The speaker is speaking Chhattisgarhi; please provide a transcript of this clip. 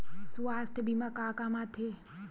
सुवास्थ बीमा का काम आ थे?